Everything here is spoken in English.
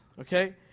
okay